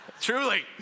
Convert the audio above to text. Truly